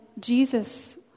jesus